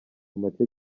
make